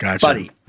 buddy